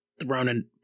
thrown